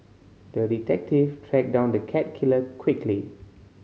the detective tracked down the cat killer quickly